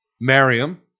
Miriam